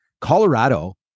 Colorado